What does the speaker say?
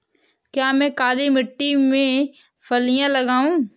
क्या मैं काली मिट्टी में फलियां लगाऊँ?